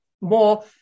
more